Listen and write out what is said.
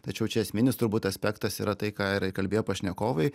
tačiau čia esminis turbūt aspektas yra tai ką ir kalbėjo pašnekovai